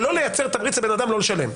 שלא לייצר תמריץ לבן אדם לא לשלם.